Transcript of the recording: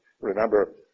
Remember